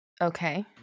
Okay